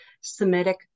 Semitic